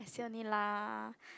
say only lah